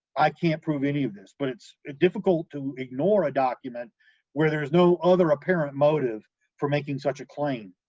i can't prove any of this, but it's ah difficult to ignore ah document where there's no other apparent motive for making such a claim.